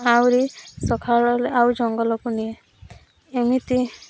ଆହୁରି ସକାଳ ହେଲେ ଆଉ ଜଙ୍ଗଲକୁ ନିଏ ଏମିତି